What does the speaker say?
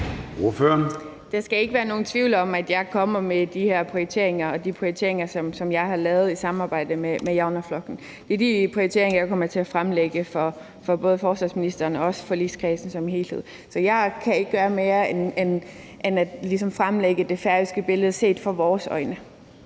Der skal ikke være nogen tvivl om, at jeg kommer med de her prioriteringer og de prioriteringer, som jeg har lavet i samarbejde med Javnaðarflokkurin. Det er de prioriteringer, jeg kommer til at fremlægge for både forsvarsministeren og også forligskredsen som helhed. Jeg kan ikke gøre mere end ligesom at fremlægge det færøske billede set med vores øjne.